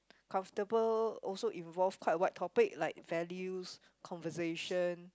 comfortable also involve quite wide topic like values conversation